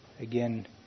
again